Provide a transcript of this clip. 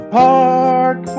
park